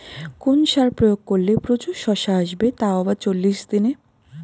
কোন সার প্রয়োগ করলে প্রচুর শশা আসবে তাও আবার চল্লিশ দিনে?